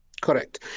Correct